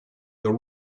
your